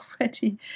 already